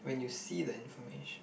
when you see the information